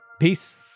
Peace